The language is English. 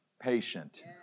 patient